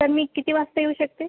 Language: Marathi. सर मी किती वाजता येऊ शकते